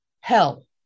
hell